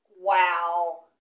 Wow